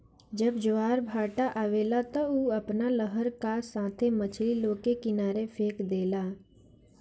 जब ज्वारभाटा आवेला त उ अपना लहर का साथे मछरी लोग के किनारे फेक देला